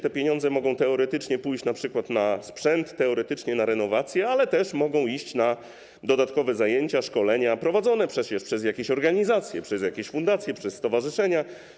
Te pieniądze mogą teoretycznie pójść np. na sprzęt, na renowację, ale też mogą iść na dodatkowe zajęcia, szkolenia prowadzone przecież przez jakieś organizacje, przez jakieś fundacje, przez stowarzyszenia.